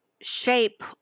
shape